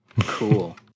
Cool